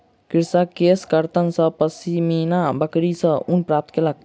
कृषक केशकर्तन सॅ पश्मीना बकरी सॅ ऊन प्राप्त केलक